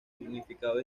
significado